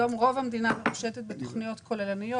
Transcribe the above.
היום רוב המדינה מרושתת בתוכניות כוללניות.